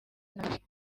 nabi